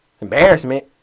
Embarrassment